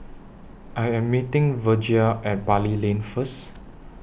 I Am meeting Virgia At Bali Lane First